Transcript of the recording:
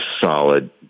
solid